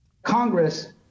Congress